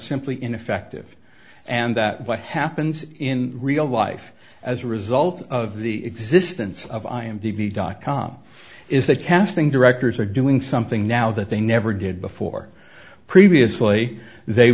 simply ineffective and that what happens in real life as a result of the existence of i am t v dot com is that casting directors are doing something now that they never did before previously they